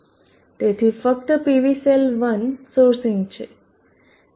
તેથી ફક્ત PV cell 1 sourcing છે